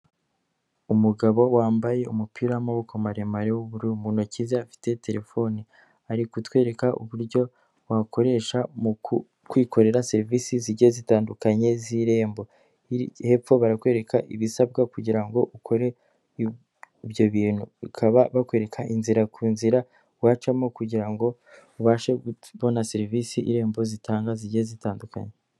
Umugabo wambaye umupira w'maboko maremare w'ubururu mu ntoki ze afite telefone ari kutwereka uburyo wakoresha mu kwikorera serivisi zijye zitandukanye z'irembo hi hepfo barakwereka ibisabwa kugira ngo ukore ibyo bintu ukaba bakwereka inzira ku nzira wacamo kugira ngo ubashe kubona serivisi irembo zitanga zijye zitandukanye.